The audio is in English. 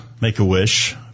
Make-A-Wish